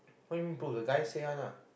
what do you mean pull the guy say one lah